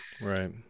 Right